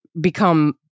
become